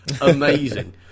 Amazing